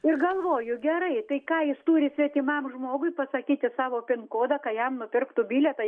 ir galvoju gerai tai ką jis turi svetimam žmogui pasakyti savo pin kodą ką jam nupirktų bilietą